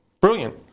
Brilliant